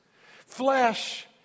Flesh